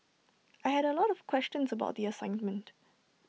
I had A lot of questions about the assignment